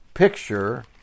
picture